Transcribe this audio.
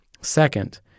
Second